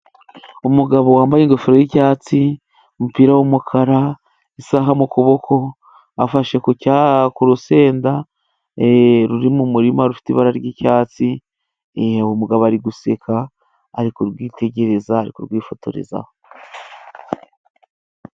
Umugabo wambaye ingofero yicyatsi, umupira wumukara, isaha mu kuboko, afashe ku rusenda ruri mumurima rufite ibara ryicyatsi, umugabo ari guseka, ari kurwitegereza kurwifotorezaho.